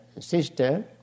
Sister